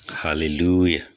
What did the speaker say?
hallelujah